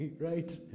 right